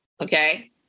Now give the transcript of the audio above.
okay